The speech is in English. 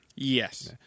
Yes